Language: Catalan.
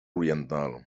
oriental